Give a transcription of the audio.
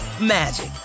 magic